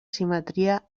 simetria